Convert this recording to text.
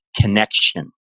connection